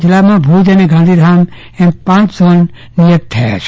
જિલ્લામાં ભુજ અને ગાંધીધામમાં પાંચ ઝોન નિયત કરાયા છે